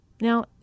Now